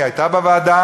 היא הייתה בוועדה,